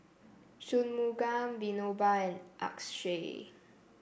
Shunmugam Vinoba and Akshay